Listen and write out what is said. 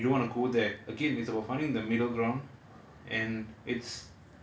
that's another limit that um you don't want to go there again it's about finding the middle ground